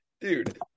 dude